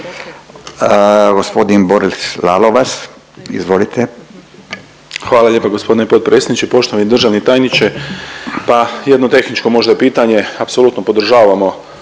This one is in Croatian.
Izvolite. **Lalovac, Boris (SDP)** Hvala lijepo gospodine potpredsjedniče. Poštovani državni tajniče pa jedno tehničko možda pitanje, apsolutno podržavamo